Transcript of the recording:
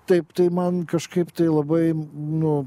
taip tai man kažkaip tai labai nu